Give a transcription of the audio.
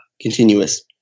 continuous